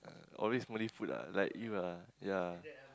uh always Malay food lah like you ah ya